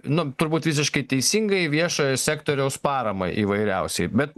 nu turbūt visiškai teisingai viešojo sektoriaus paramai įvairiausiai bet